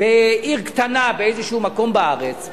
בעיר קטנה באיזה מקום בארץ,